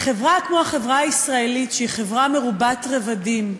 בחברה כמו החברה הישראלית, שהיא חברה מרובת רבדים,